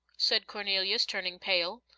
said cornelius, turning pale.